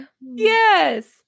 Yes